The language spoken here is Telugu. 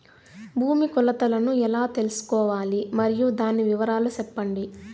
భూమి కొలతలను ఎలా తెల్సుకోవాలి? మరియు దాని వివరాలు సెప్పండి?